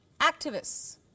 Activists